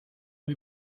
muy